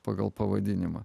pagal pavadinimą